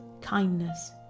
kindness